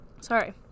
sorry